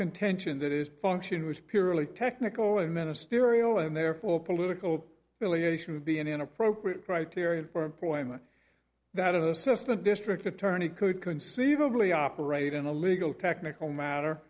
contention that is function was purely technical and ministerial and therefore political affiliation to be an inappropriate criterion for employment that assistant district attorney could conceivably operate in a legal technical matter